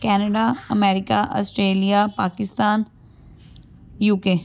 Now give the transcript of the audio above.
Canada America Australia Pakistan UK